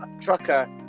trucker